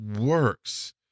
works